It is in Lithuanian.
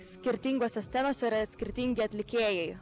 skirtingose scenose yra skirtingi atlikėjai